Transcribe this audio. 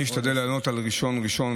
אני אשתדל לענות על ראשון ראשון,